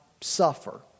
suffer